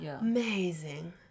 amazing